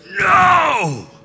no